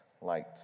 light